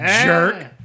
jerk